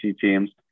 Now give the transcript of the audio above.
teams